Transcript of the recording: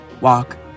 walk